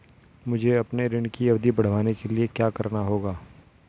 मुझे अपने ऋण की अवधि बढ़वाने के लिए क्या करना होगा?